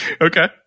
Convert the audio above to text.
okay